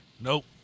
Nope